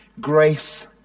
grace